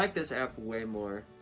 like this app way more.